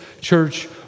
church